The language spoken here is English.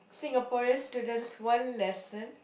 Singaporean students one lesson